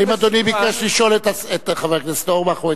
האם אדוני ביקש לשאול את חבר הכנסת אורבך או את,